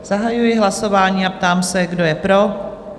Zahajuji hlasování a ptám se, kdo je pro?